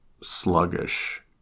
sluggish